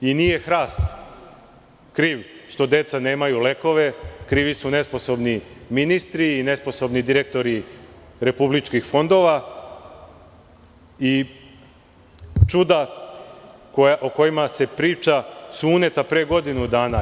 Nije hrast kriv što deca nemaju lekove, krivi su nesposobni ministri i nesposobni direktori republičkih fondova i čuda o kojima se priča su uneta pre godinu dana.